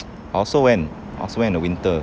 I also went I also went in the winter